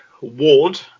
ward